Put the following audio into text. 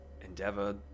endeavor